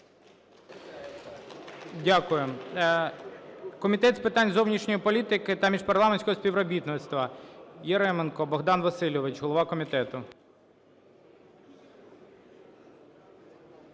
Дякуємо. Комітет з питань зовнішньої політики та міжпарламентського співробітництва. Яременко Богдан Васильович, голова комітету.